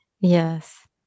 Yes